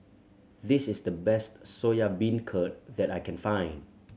this is the best Soya Beancurd that I can find